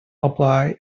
apply